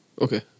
okay